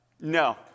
No